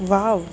wow